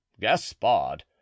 Gaspard